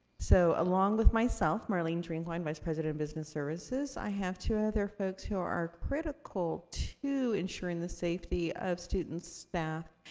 so, along with myself, marlene drinkwine vice-president, business services, i have two other folks who are critical to ensuring the safety of students, staff,